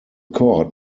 court